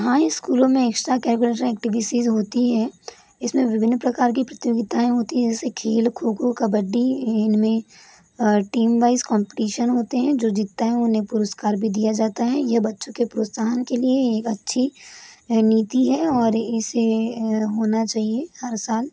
हाँ इस स्कूलों में एक्स्ट्रा करिकुलर एक्टिविटीज होती हैं इसमें विभिन्न प्रकार की प्रतियोगिताएं होती हैं जैस खेल खो खो कबड्डी इनमें टीम वाइज कम्पटीशन होते हैं जो जीतता है उन्हें पुरस्कार भी दिया जाता है यह बच्चों के प्रोत्साहन के लिए ये एक अच्छी नीति है और इसे होना चाहिए हर साल